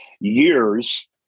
years